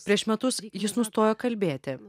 prieš metus jis nustojo kalbėti